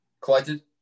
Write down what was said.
collected